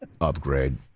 Upgrade